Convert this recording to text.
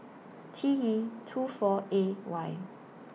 T E two four A Y